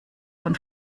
von